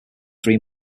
three